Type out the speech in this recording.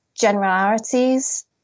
generalities